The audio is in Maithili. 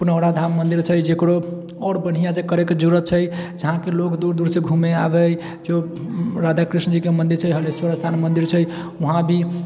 पुनौराधाम मन्दिर छै जकरो आओर बढ़िआँसँ करैके जरूरत छै जहाँकि लोक दूर दूरसँ घुमै आबै जे राधा कृष्णजीके मन्दिर छै हालेश्वर स्थान मन्दिर छै वहाँ भी